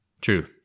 True